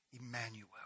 Emmanuel